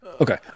Okay